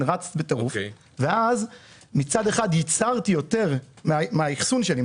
ואז מצד אחד ייצרתי יותר מהאחסון שלי,